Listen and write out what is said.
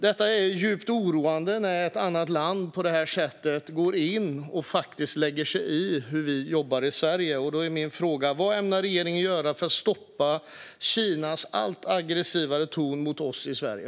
Det är djupt oroande när ett annat land på det här sättet går in och lägger sig i hur vi jobbar i Sverige. Min fråga är därför: Vad ämnar regeringen göra för att stoppa Kinas alltmer aggressiva ton mot oss i Sverige?